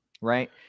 right